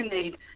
need